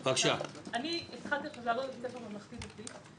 למה התחלתי לעבוד בבית ספר ממלכתי-דתי?